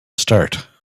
start